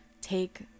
Take